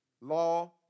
law